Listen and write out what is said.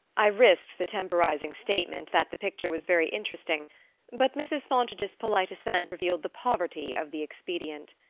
i risked the temporizing statement that the picture was very interesting but mrs. fontage's polite assent revealed the poverty of the expedient.